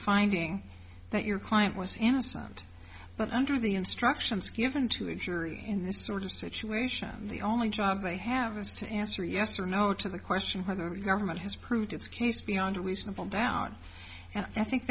finding that your client was innocent but under the instructions given to a jury in this sort of situation the only job they have is to answer yes or no to the question whether the government has proved its case beyond a reasonable doubt and i think